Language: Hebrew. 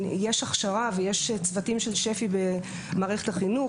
יש הכשרה ויש צוותים של שפ"י במערכת החינוך,